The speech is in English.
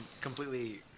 Completely